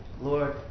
Lord